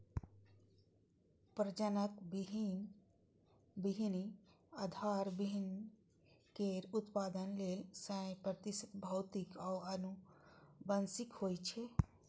प्रजनक बीहनि आधार बीहनि केर उत्पादन लेल सय प्रतिशत भौतिक आ आनुवंशिक होइ छै